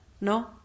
No